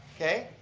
okay,